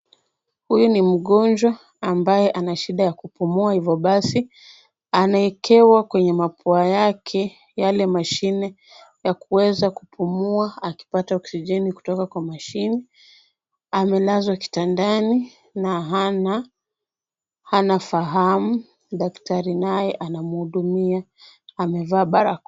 Huyu ni mgonjwa ambaye ana shida ya kupumua hivyo basi anawekewa kwenye mapua yake yale mashine ya kuweza kupumua akipata oksijeni kutoka kwa mashini . Amelazwa kitandani na hana fahamu, daktari naye anamhudumia amevaa barakoa.